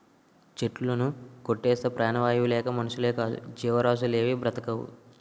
చెట్టులుని కొట్టేస్తే ప్రాణవాయువు లేక మనుషులేకాదు జీవరాసులేవీ బ్రతకవు